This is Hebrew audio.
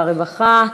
הרווחה והבריאות.